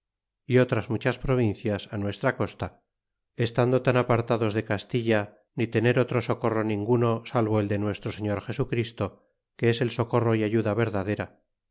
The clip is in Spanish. y otras muchas provincias á nuestra costa estando tan apartados de castilla ni tener otro socorro ninguno salvo el de nuestro señor jesu christo que es el socorro y ayuda verdadera